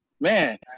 man